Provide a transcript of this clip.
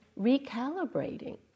recalibrating